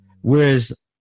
whereas